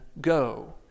go